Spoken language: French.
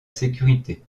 sécurité